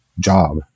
Job